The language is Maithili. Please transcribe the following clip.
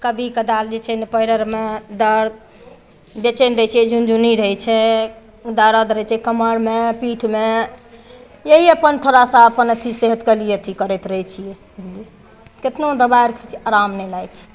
कभी कदाल जे छै ने पैर आरमे दर्द बेचैन दै छै झुन झुनी रहै छै दरद रहै छै कमरमे पीठमे एहि अपन थोड़ा सा अपन अथी सेहतके लिये अथी करैत रहै छियै कहियौ केतनो दबाइ आर आराम नहि लागै छै